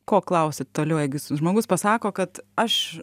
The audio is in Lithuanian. ko klausti toliau jeigu žmogus pasako kad aš